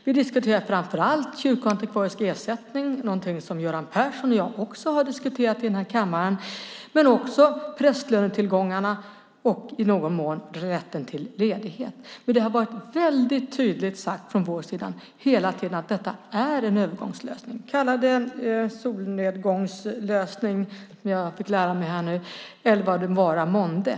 Vi diskuterade framför allt kyrkoantikvarisk ersättning, något som Göran Persson och jag har diskuterat i denna kammare, samt prästlönetillgångarna och i någon mån rätten till ledighet. Det har från vår sida hela tiden mycket tydligt sagts att detta är en övergångslösning. Vi kan kalla den solnedgångsparagraf, något jag fått lära mig här och nu, eller vad det vara månde.